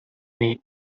league